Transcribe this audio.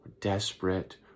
desperate